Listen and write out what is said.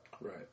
Right